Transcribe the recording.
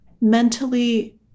mentally